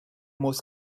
most